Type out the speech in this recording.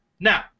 Now